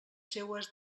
seues